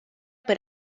per